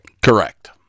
Correct